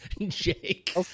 Jake